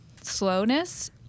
slowness